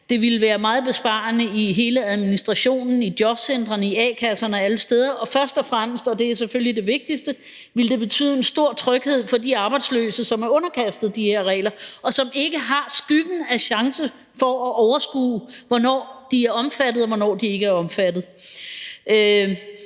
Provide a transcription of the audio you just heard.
Det ville være meget besparende i hele administrationen i jobcentrene, i a-kasserne og alle sådanne steder, og først og fremmest – og det er selvfølgelig det vigtigste – ville det betyde en stor tryghed for de arbejdsløse, som er underkastet de her regler, og som ikke har skyggen af chance for at overskue, hvornår de er omfattet, og hvornår de ikke er omfattet.